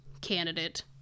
candidate